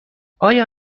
آیا